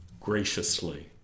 graciously